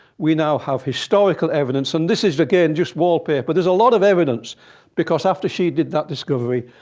we now have historical evidence. and this is again just wallpaper. but there's a lot of evidence because after she did that discovery,